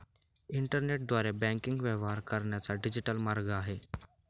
इंटरनेटद्वारे बँकिंग व्यवहार करण्याचा डिजिटल मार्ग आहे